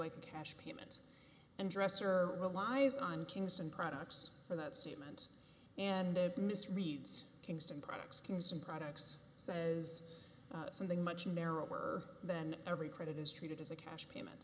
like a cash payment and dresser relies on kingston products for that statement and misreads kingston products consumer products says something much narrower than every credit is treated as a cash payment